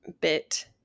bit